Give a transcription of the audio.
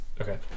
Okay